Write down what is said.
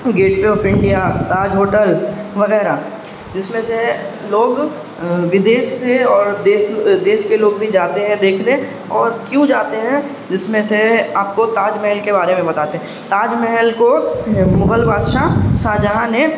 get way of India Taj hotel وغیرہ جس میں سے لوگ ودیش سے اور دیس دیس کے لوگ بھی جاتے ہیں دیکھنے اور کیوں جاتے ہیں جس میں سے آپ کو تاج محل کے بارے میں بتاتے ہیں تاج محل کو مغل بادشاہ شاہجہاں نے